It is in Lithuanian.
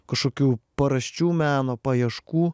kažkokių paraščių meno paieškų